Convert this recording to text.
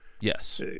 Yes